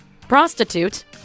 prostitute